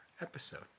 episode